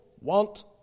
want